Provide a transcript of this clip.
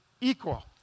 equal